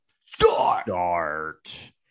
Start